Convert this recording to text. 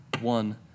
one